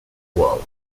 world